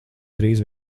drīz